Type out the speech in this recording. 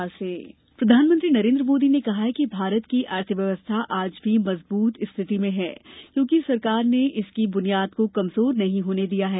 मोदी सम्मेलन प्रधानमंत्री नरेन्द्र मोदी ने कहा है कि भारत की अर्थव्यवस्था आज भी मजबूत स्थिति में है क्योंकि सरकार ने इसकी बुनियाद को कमजोर नहीं होने दिया है